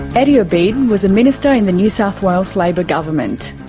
eddie obeid was a minister in the new south wales labor government.